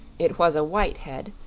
it was a white head,